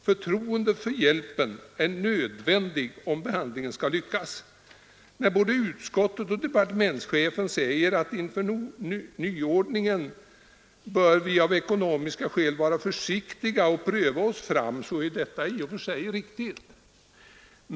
Förtroendet för hjälpen är nödvändig om behandlingen skall lyckas. När både utskottet och departementschefen säger att inför nyordningen bör vi av ekonomiska skäl vara försiktiga och pröva oss fram, så är detta i och för sig riktigt.